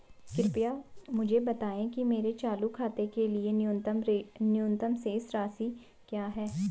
कृपया मुझे बताएं कि मेरे चालू खाते के लिए न्यूनतम शेष राशि क्या है?